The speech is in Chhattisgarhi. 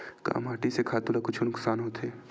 का माटी से खातु ला कुछु नुकसान होथे?